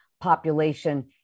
population